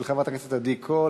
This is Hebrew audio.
של חברת הכנסת עדי קול,